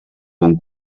bon